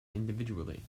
individually